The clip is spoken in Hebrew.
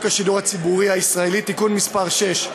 השידור הציבורי הישראלי (תיקון מס' 6),